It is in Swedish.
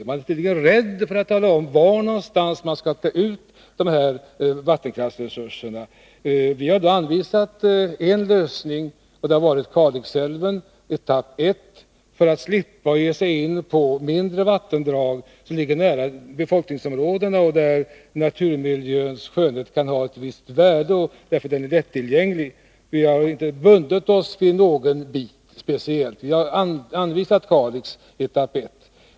Men man är tydligen rädd för att tala om var någonstans vattenkraftsresurserna skall tas ut. Vi har anvisat en lösning — Kalixälven, etapp 1 -— för att vi skall slippa ge oss på mindre vattendrag som ligger nära befolkade områden och i en skön natur som kan ha ett visst värde på grund av dess lättillgänglighet. Vi har inte bundit upp oss vid någon speciell älvsträcka. Vi har anvisat alternativet Kalixälven, etapp 1.